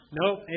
Nope